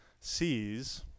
sees